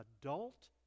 adult